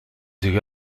zich